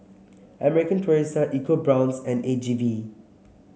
American Tourister ecoBrown's and A G V